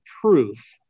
proof